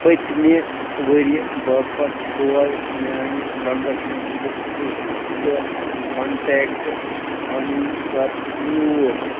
پٔتۍمہِ ؤریہِ باپتھ کھول میٛانہِ ٹرٛانزٮ۪کشَن ہِسٹِرٛی تہٕ کنٹٮ۪کٹ غٔنیٖم کَر میوٗٹ